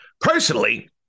Personally